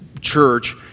church